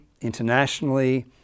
internationally